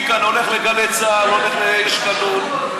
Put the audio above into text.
מכאן הוא הולך לגלי צה"ל, הולך, לא